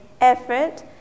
effort